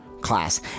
class